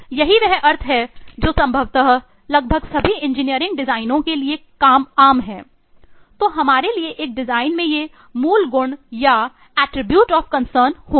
यही वह अर्थ है जो संभवतः है लगभग सभी इंजीनियरिंग डिजाइनों के लिए आम है तो हमारे लिए एक डिजाइन में ये मूल गुण या एट्रिब्यूट ऑफ कंसर्न होंगे